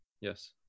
Yes